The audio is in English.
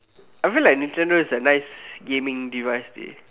I feel like Nintendo is a nice gaming device dey